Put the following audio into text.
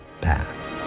path